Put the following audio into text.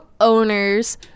owners